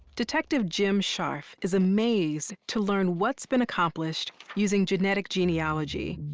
detective jim scharf is amazed to learn what's been accomplished using genetic genealogy.